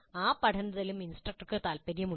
ആ പഠനത്തിലും ഇൻസ്ട്രക്ടർക്ക് താൽപ്പര്യമുണ്ട്